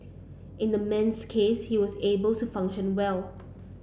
in the man's case he was able to function well